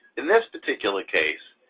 in this particular case,